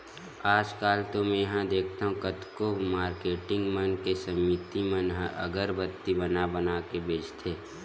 आजकल तो मेंहा देखथँव कतको मारकेटिंग मन के समिति मन ह अगरबत्ती बना बना के बेंचथे